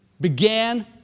began